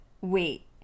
wait